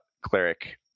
cleric